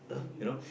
you know